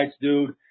dude